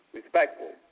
respectful